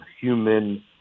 human